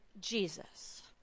Jesus